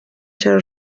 چرا